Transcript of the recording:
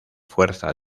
fuerza